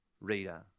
reader